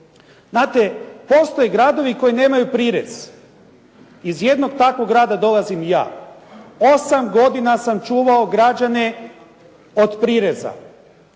Znate, postoje gradovi koji nemaju prirez. Iz jednog takvog grada dolazim i ja. 8 godina sam čuvao građane od prireza